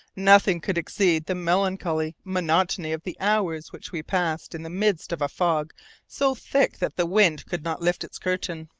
nothing could exceed the melancholy monotony of the hours which we passed in the midst of a fog so thick that the wind could not lift its curtain.